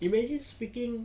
imagine speaking